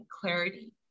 clarity